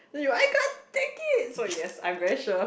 then you I can't take it so yes I'm very sure